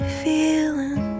feeling